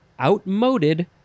outmoded